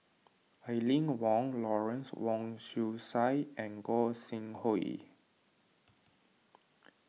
Aline Wong Lawrence Wong Shyun Tsai and Gog Sing Hooi